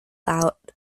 out